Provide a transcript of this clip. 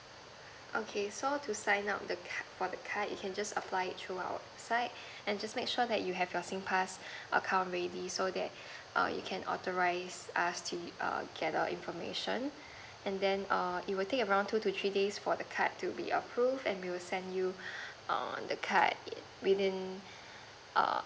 okay so to sign up the for the card you can just apply it through our website and just make sure that you have your singpass account ready so that err you can authorized us to err gather information and then err it will take around two to three days for the card to be approved and we'll send you err the card within err